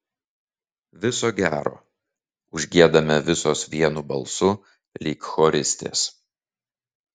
viso gero užgiedame visos vienu balsu lyg choristės